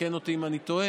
תקן אותי אם אני טועה.